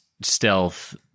stealth